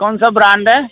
कौन सा ब्रांड है